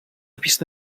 pista